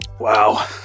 Wow